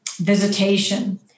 visitation